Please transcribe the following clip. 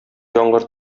яңгыр